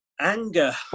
anger